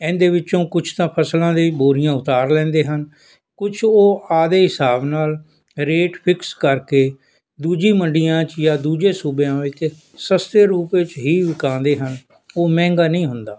ਇਹਦੇ ਵਿੱਚੋਂ ਕੁਛ ਤਾਂ ਫਸਲਾਂ ਦੀ ਬੋਰੀਆਂ ਉਤਾਰ ਲੈਂਦੇ ਹਨ ਕੁਛ ਉਹ ਆਪਦੇ ਹਿਸਾਬ ਨਾਲ ਰੇਟ ਫਿਕਸ ਕਰਕੇ ਦੂਜੀ ਮੰਡੀਆਂ 'ਚ ਜਾਂ ਦੂਜੇ ਸੂਬਿਆਂ ਵਿੱਚ ਸਸਤੇ ਰੂਪ ਵਿੱਚ ਹੀ ਵਿਕਾਉਂਦੇ ਹਨ ਉਹ ਮਹਿੰਗਾ ਨਹੀਂ ਹੁੰਦਾ